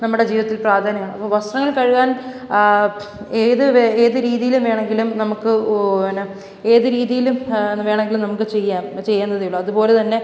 നമ്മുടെ ജീവിതത്തിൽ പ്രാധാന്യമാണ് അപ്പം വസ്ത്രങ്ങൾ കഴുകാൻ ഏത് ഏത് രീതീലും വേണമെങ്കിലും നമുക്ക് ഓ പിന്നെ ഏത് രീതീലും വേണമെങ്കിലും നമുക്ക് ചെയ്യാം ചെയ്യാനുള്ളതേയുള്ളു അതുപോലെ തന്നെ